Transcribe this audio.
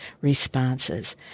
responses